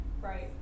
Right